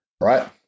right